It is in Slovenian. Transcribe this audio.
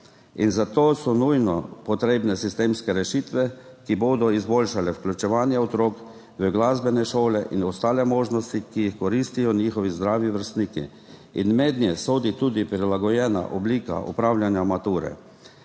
In zato so nujno potrebne sistemske rešitve, ki bodo izboljšale vključevanje otrok v glasbene šole in ostale možnosti, ki jih koristijo njihovi zdravi vrstniki, mednje sodi tudi prilagojena oblika opravljanja mature.